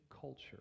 culture